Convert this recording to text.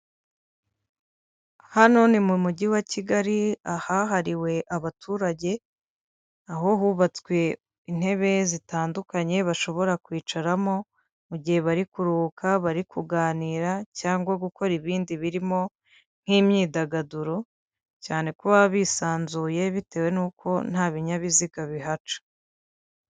Hano ni mu mujyi wa Kigali ahahariwe abaturage aho hubatswe intebe zitandukanye bashobora kwicaramo, mu gihe bari kuruhuka, bari kuganira, cyangwa gukora ibindi birimo nk'imyidagaduro cyane ko baba bisanzuye bitewe n'uko nta binyabiziga bihaca.